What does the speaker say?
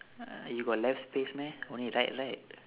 uh you got left space meh only right right